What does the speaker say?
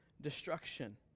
destruction